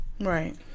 Right